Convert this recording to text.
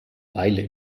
weile